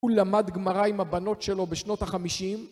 הוא למד גמרא עם הבנות שלו בשנות החמישים.